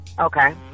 Okay